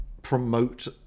promote